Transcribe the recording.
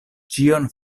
ĉion